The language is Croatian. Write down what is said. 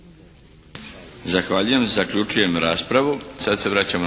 Zahvaljujem. Zaključujem raspravu.